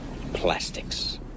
Plastics